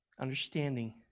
understanding